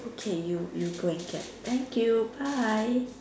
okay you you go and get thank you bye